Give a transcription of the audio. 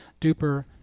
duper